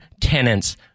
tenants